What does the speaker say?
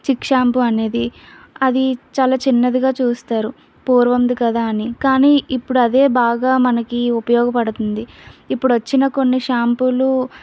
చిక్ shampoo అనేది అది చాలా చిన్నదిగా చూస్తారు పూర్వంది కదా అని కానీ ఇప్పుడు అదే బాగా మనకి ఉపయోగపడుతుంది ఇప్పుడు వచ్చిన కొన్ని షాంపూలు